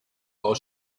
while